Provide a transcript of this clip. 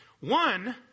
One